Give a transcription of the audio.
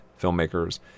filmmakers